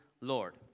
Lord